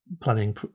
planning